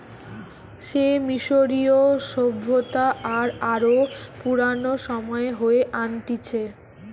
সে মিশরীয় সভ্যতা আর আরো পুরানো সময়ে হয়ে আনতিছে